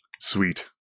sweet